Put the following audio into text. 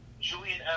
Julian